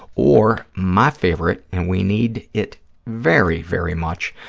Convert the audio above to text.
or my favorite, and we need it very, very much,